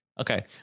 Okay